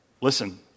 listen